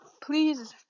please